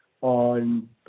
on